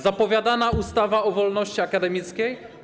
Zapowiadana ustawa o wolności akademickiej?